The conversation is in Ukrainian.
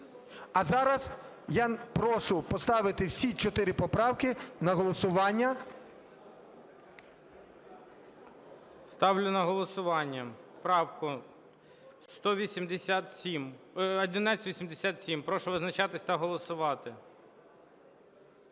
А зараз я прошу поставити всі чотири поправки на голосування. ГОЛОВУЮЧИЙ. Ставлю на голосування правку 1187. Прошу визначатись та голосувати.